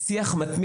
שנמצאים בשיח מתמיד,